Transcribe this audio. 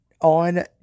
on